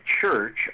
church